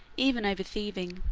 even over thieving,